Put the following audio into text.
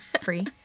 Free